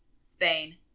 Spain